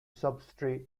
substrate